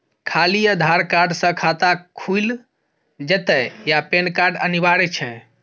खाली आधार कार्ड स खाता खुईल जेतै या पेन कार्ड अनिवार्य छै?